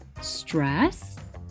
stress